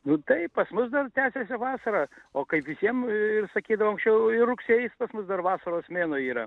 nu taip pas mus dar tęsiasi vasara o kai visiem ir sakydavo anksčiau ir rugsėjis pas mus dar vasaros mėnuo yra